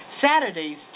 Saturdays